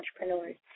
entrepreneurs